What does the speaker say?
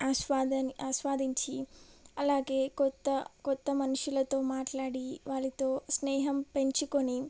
ఆస్వాదని ఆస్వాదించి అలాగే కొత్త కొత్త మనుషులతో మాట్లాడి వారితో స్నేహం పెంచుకొని